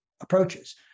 approaches